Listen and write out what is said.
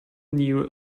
new